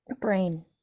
brain